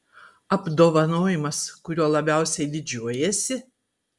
apdovanojimas kuriuo labiausiai didžiuojiesi